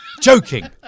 Joking